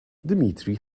dmitry